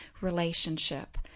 relationship